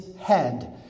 head